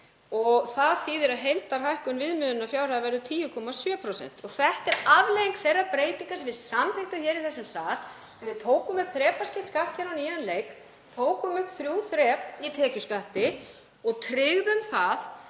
Það þýðir að heildarhækkun viðmiðunarfjárhæða verður 10,7%. Þetta er afleiðing þeirrar breytingar sem við samþykktum hér í þessum sal þegar við tókum upp þrepaskipt skattkerfi á nýjan leik, tókum upp þrjú þrep í tekjuskatti og tryggðum það